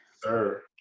Sir